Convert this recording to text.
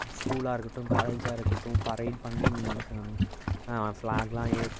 ஸ்கூலாக இருக்கட்டும் காலேஜாக இருக்கட்டும் பரேட் பண்ணி ஃப்ளாக்லாம் ஏற்றி